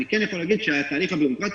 אני כן יכול להגיד שהתהליך הביורוקרטי